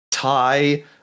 Tie